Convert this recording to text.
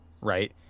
right